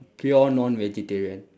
pure non-vegetarian